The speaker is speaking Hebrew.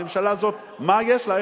הממשלה הזאת, מה יש לה?